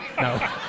No